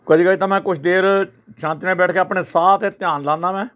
ਕਦੇ ਕਦੇ ਤਾਂ ਮੈਂ ਕੁਛ ਦੇਰ ਸ਼ਾਂਤੀ ਨਾਲ ਬੈਠ ਕੇ ਆਪਣੇ ਸਾਹ 'ਤੇ ਧਿਆਨ ਲਗਾਉਂਦਾ ਮੈਂ